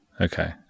Okay